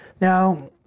Now